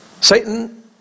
Satan